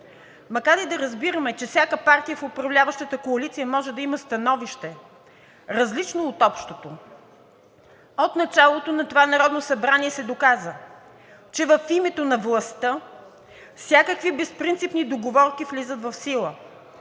Макар и да разбираме, че всяка партия в управляващата коалиция може да има становище, различно от общото, от началото на това Народно събрание се доказва, че в името на властта всякакви безпринципни договорки влизат в сила,